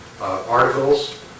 articles